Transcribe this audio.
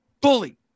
bully